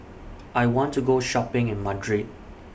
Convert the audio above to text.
I want to Go Shopping in Madrid